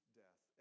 death